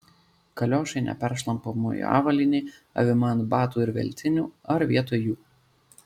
kaliošai neperšlampamoji avalynė avima ant batų ir veltinių ar vietoj jų